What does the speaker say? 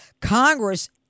Congress